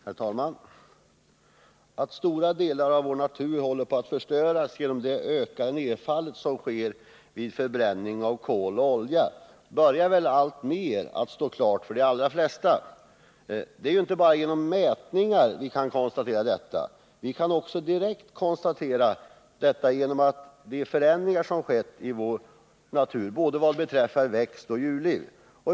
Herr talman! Att stora delar av vår natur håller på att förstöras genom det ökade nedfallet som sker vid förbränning av kol och olja börjar väl alltmer stå klart för de allra flesta. Det är inte bara genom mätningar vi kan konstatera detta. Vi kan också direkt konstatera det genom de förändringar som skett i vår natur, både på växtlivet och på djurlivet.